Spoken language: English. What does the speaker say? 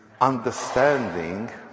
understanding